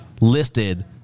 listed